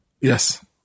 Yes